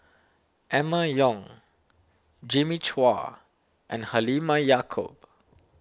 Emma Yong Jimmy Chua and Halimah Yacob